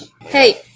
Hey